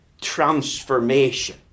transformation